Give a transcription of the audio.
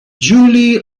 julie